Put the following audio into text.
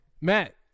Matt